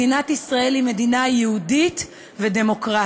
מדינת ישראל היא מדינה יהודית ודמוקרטית,